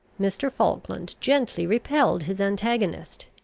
mr. falkland gently repelled his antagonist.